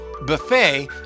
buffet